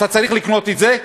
אתה צריך לקנות את זה,